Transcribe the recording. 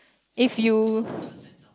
if you